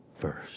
first